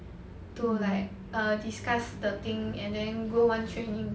to like err discuss the thing and then go one training